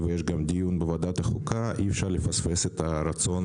יש גם דיון בוועדת החוקה ואי אפשר לפספס את הרצון